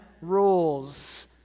rules